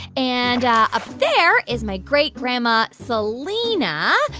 and up there is my great-grandma selena.